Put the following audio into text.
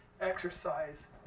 exercise